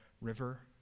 River